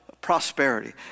prosperity